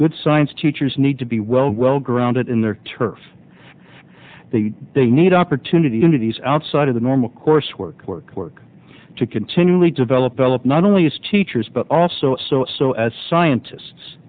good science teachers need to be well well grounded in their turf the they need opportunity entities outside of the normal course work work work to continually develop elop not only as teachers but also so as scientists